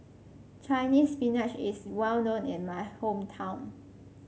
Chinese Spinach is well known in my hometown